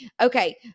Okay